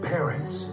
Parents